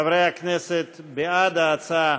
חברי הכנסת, בעד ההצעה,